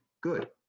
Good